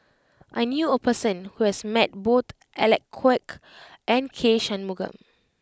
I knew a person who has met both Alec Kuok and K Shanmugam